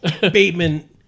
Bateman